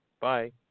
Bye